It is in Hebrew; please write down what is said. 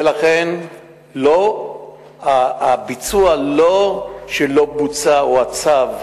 ולכן הביצוע, לא שלא בוצע או שהצו נמחק,